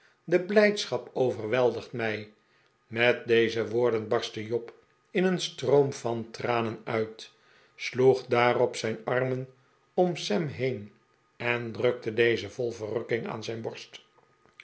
de blijdschap overweldigt mij met deze woorden barstte job in een stroom van tranen uit sloeg daarop zijn armen om sam heen en drukte deze vol verrukking aan zijn borst